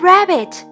Rabbit